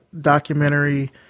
documentary